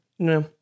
No